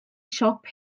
siop